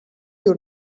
you